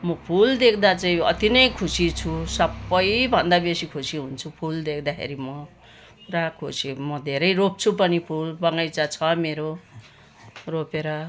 म फुल देख्दा चाहिँ यो अति नै खुसी छु सबैभन्दा बेसी खुसी हुन्छु फुल देख्दाखेरि म पुरा खुसी म धेरै रोप्छु पनि फुल पनि बगैँचा छ मेरो रोपेर